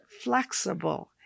flexible